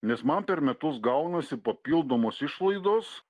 nes man per metus gaunasi papildomos išlaidos